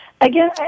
Again